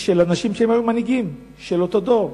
של אנשים שהיו מנהיגים של אותו דור.